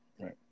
Right